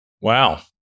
Wow